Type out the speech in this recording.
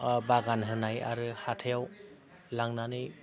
बागान होनाय आरो हाथायाव लांनानै